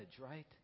right